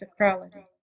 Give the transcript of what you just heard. sacrality